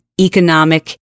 economic